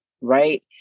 Right